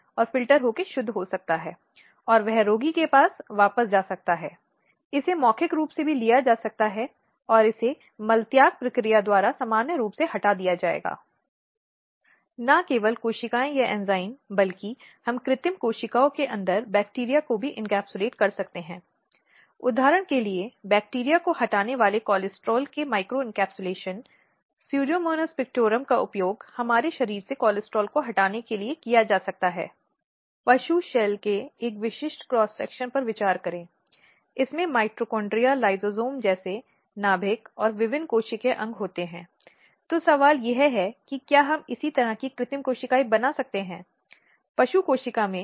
तो यह है कि संयुक्त राष्ट्र ने लैंगिक हिंसा और उसकी दो श्रेणियों की व्याख्या करने की कोशिश की है जो कि परिवार के सदस्यों द्वारा परिवार के सदस्यों के लिए किया गया अपराध है जहां लड़की को परिवार के सदस्यों के हाथों में गंभीर यौन शोषण का खतरा है पारिवारिक पत्नी को पति या ससुराल वालों के हाथों पीटने या शारीरिक हमले का शिकार होना पड़ सकता है जब विशेष रूप से भारतीय संदर्भ में दहेज संबंधी हिंसा की बात आती है जहां दहेज की परंपरा मौजूद है या यह अन्य प्रथाएं हो सकती हैं जो हानिकारक हैं महिलाओं के लिए